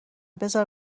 بزار